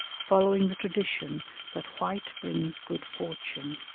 following the tradition that white brings good fortune,